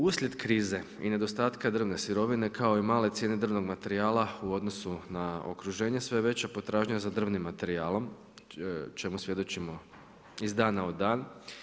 Uslijed krize i nedostataka drvne sirovine kao i male cijene drvnog materijala u odnosu na okruženje, sve veća potražnja je za drvnim materijalom, o čemu svjedočimo iz dana u dan.